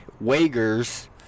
Wagers